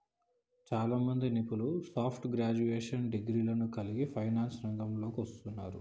చాలామంది నిపుణులు soft graduation డిగ్రీలను కలిగి ఫైనాన్స్ రంగంలోకి వస్తున్నారు